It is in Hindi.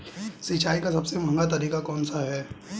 सिंचाई का सबसे महंगा तरीका कौन सा है?